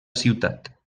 ciutat